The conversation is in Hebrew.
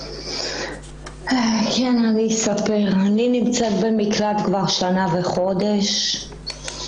אני נמצאת במקלט כבר שנה וחודש.